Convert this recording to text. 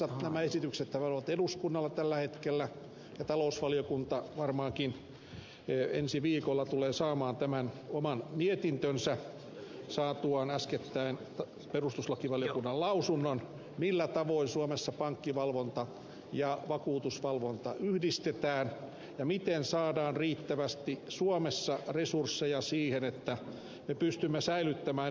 nämä esityksethän ovat eduskunnalla tällä hetkellä ja talousvaliokunta varmaankin ensi viikolla tulee saamaan tämän oman mietintönsä valmiiksi saatuaan äskettäin perustuslakivaliokunnan lausunnon millä tavoin suomessa pankkivalvonta ja vakuutusvalvonta yhdistetään ja miten saadaan riittävästi suomessa resursseja siihen että me pystymme säilyttämään edes nykyisen tilanteen